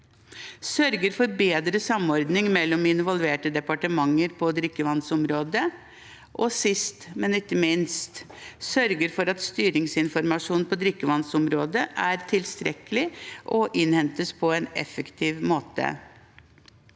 sørge for bedre samordning mellom involverte departementer på drikkevannsområdet – sørge for at styringsinformasjonen på drikkevannsområdet er tilstrekkelig og innhentes på en effektiv måte